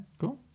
cool